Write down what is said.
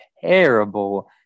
terrible